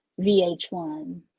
VH1